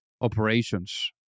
operations